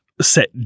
set